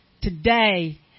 Today